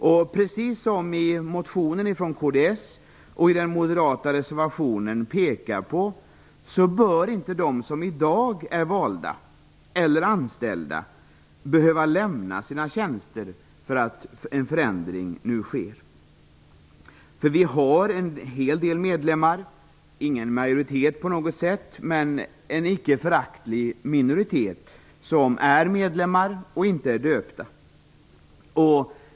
Och precis som man påpekar i motionen från kds och i den moderata reservationen, skall inte de som i dag är valda eller anställda behöva lämna sina tjänster därför att en förändring nu sker. Det finns en hel del medlemmar - inte en majoritet, men en icke föraktlig minoritet - som inte är döpta.